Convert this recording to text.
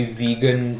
vegan